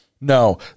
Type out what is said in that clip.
no